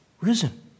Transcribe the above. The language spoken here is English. risen